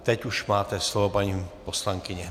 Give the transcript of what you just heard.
Teď už máte slovo, paní poslankyně.